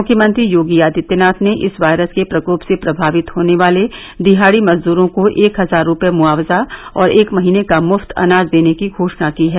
मुख्यमंत्री योगी आदित्यनाथ ने इस वायरस के प्रकोप से प्रभावित होने वाले दिहाड़ी मजदूरों को एक हजार रूपये मुआवजा और एक महीने का मृफ्त अनाज देने की घोषणा की है